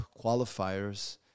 qualifiers